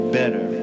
better